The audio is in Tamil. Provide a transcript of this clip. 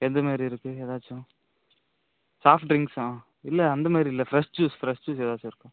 எந்த மாதிரி இருக்கு எதாச்சும் சாஃப்ட் ட்ரிங்க்ஸா இல்லை அந்த மாதிரி இல்லை ஃப்ரெஷ் ஜூஸ் ஃப்ரெஷ் ஜூஸ் எதாச்சும் இருக்கா